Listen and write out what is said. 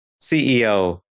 CEO